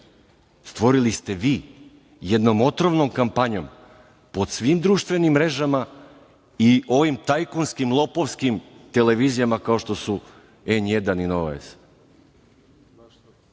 stvorili ste vi jednom otrovnom kampanjom po svim društvenim mrežama i ovim tajkunskim, lopovskim televizijama, kao što su N1 i Nova